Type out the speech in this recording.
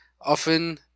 often